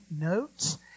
notes